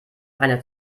einer